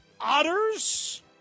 otters